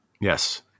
Yes